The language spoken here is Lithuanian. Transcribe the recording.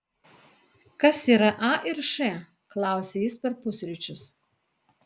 kas yra a ir š klausia jis per pusryčius